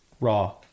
Raw